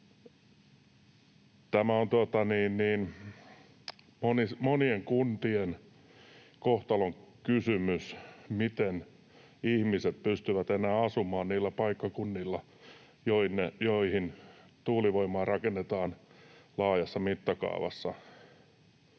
Tämä on monien kuntien kohtalonkysymys, miten ihmiset pystyvät enää asumaan niillä paikkakunnilla, joille tuulivoimaa rakennetaan laajassa mittakaavassa.